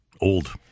Old